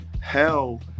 Hell